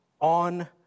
on